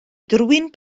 drwyn